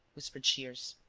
whispered shears.